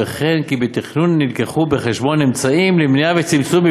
וכן כי בתכנון נלקחו בחשבון אמצעים למניעה ולצמצום של